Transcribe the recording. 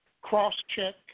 cross-check